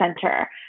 center